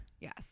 Yes